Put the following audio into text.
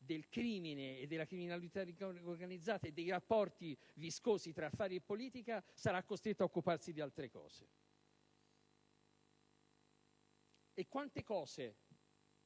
del crimine, della criminalità organizzata e dei rapporti viscosi tra affari e politica sarà costretta ad occuparsi di altre cose. Quante cose,